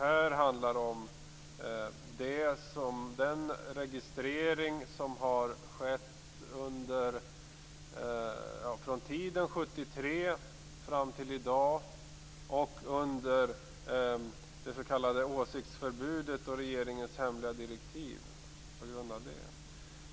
Det handlar om den registrering som har skett under tiden från år 1973 fram till i dag och under det s.k. åsiktsförbudet, med regeringens hemliga direktiv på grund av detta.